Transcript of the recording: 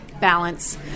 Balance